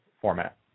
format